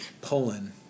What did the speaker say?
Poland